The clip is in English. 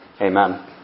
Amen